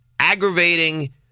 Aggravating